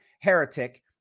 heretic